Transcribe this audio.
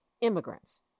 immigrants